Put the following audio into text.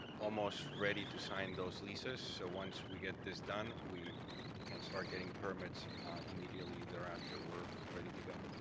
almost ready to sign those leases, so once we get this done, we can start getting permits immediately thereafter. we're ready to go.